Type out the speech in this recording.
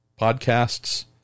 podcasts